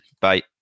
Bye